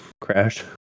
crash